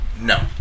No